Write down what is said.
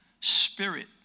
spirit